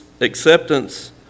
acceptance